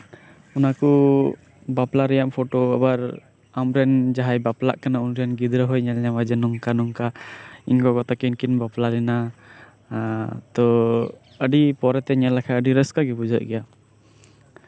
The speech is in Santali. ᱚᱱᱟ ᱠᱚ ᱵᱟᱯᱞᱟ ᱨᱮᱭᱟᱜ ᱯᱷᱳᱴᱳ ᱟᱵᱟᱨ ᱟᱢᱨᱮᱱ ᱡᱟᱦᱟᱸᱭ ᱵᱟᱯᱞᱟᱜ ᱠᱟᱱᱟᱭ ᱩᱱᱤᱨᱮᱱ ᱜᱤᱫᱽᱨᱟᱹ ᱦᱚᱸ ᱧᱮᱞ ᱧᱟᱢᱟ ᱱᱚᱝᱠᱟ ᱱᱚᱝᱠᱟ ᱤᱧ ᱜᱚᱜᱚ ᱛᱟᱹᱠᱤᱱ ᱠᱤᱱ ᱵᱟᱯᱞᱟ ᱞᱮᱱᱟ ᱛᱚ ᱟᱹᱰᱤ ᱯᱚᱨᱮᱛᱮ ᱧᱮᱞ ᱞᱮᱠᱷᱟᱱ ᱨᱟᱹᱥᱠᱟᱹ ᱜᱮ ᱵᱩᱡᱷᱟᱹᱜ ᱜᱮᱭᱟ